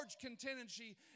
contingency